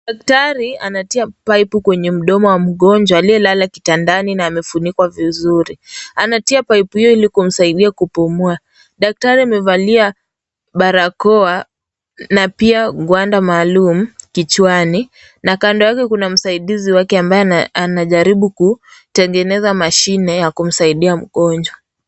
Daktari anatia paipu kwenye mdomo wa mgonjwa aliyelala kitandani na amefunikwa vizuri, anatia paipu hiyo ilikumsaidia kupumua, daktari amevalia barakoa na pia gwanda maalum kichwani, na kando yake kuna msaidizi ambaye anajaribu kutengeneza mashine ya kumsaidia mgonjwa.